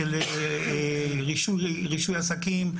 רישוי עסקים,